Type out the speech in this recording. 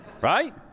right